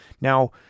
Now